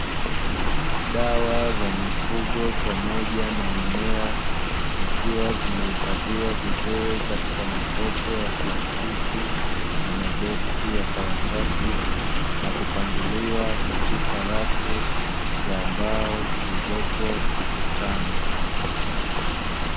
Dawa za mifugo pamoja na mimea, zikiwa zimehifadhiwa vizuri katika makopo ya plastiki, na maboksi ya karatasi na kupangiliwa katika rafu za mbao zilizopo ukutani.